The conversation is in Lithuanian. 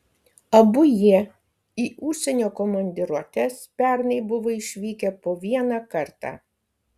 abu jie į užsienio komandiruotes pernai buvo išvykę po vieną kartą